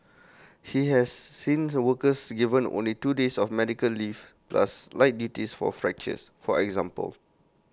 he has seen workers given only two days of medical leave plus light duties for fractures for example